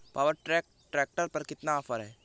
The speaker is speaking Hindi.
पावर ट्रैक ट्रैक्टर पर कितना ऑफर है?